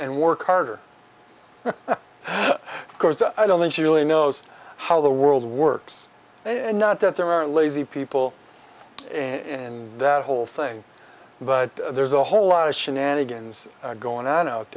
and work harder because i don't think she really knows how the world works and not that there are lazy people in that whole thing but there's a whole lot of shenanigans going on out